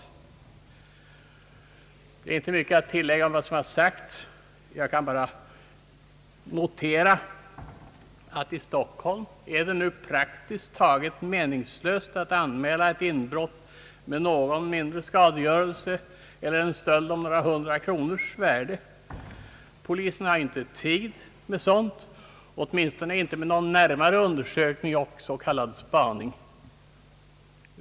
Det finns inte mycket att tilllägga utöver vad som sagts. Jag kan bara notera att i Stockholm är det praktiskt taget meningslöst att anmäla ett inbrott med någon mindre skadegörelse eller en stöld om några hundra kronors värde, Polisen har inte tid med sådant, åtminstone inte med någon närmare undersökning och s.k. spaning.